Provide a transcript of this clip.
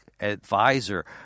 advisor